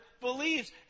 believes